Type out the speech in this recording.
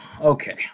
Okay